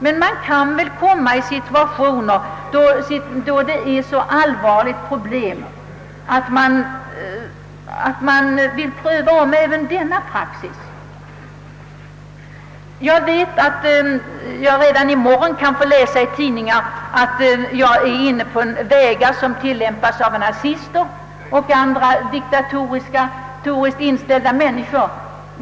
Men man kan väl komma i så allvarliga situationer att man vill ompröva även denna praxis. Nu får jag väl i morgondagens tidningar läsa att jag är inne på metoder som tillämpats av nazister och andra diktatoriskt inställda människor.